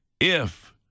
If